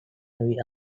ivy